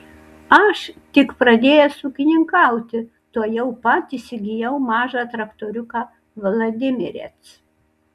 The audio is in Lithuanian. aš tik pradėjęs ūkininkauti tuojau pat įsigijau mažą traktoriuką vladimirec